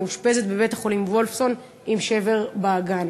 היא מאושפזת בבית-החולים וולפסון עם שבר באגן.